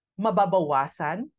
mababawasan